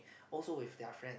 also with their friends